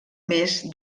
més